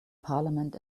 parliament